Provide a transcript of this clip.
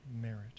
merit